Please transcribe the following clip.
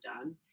done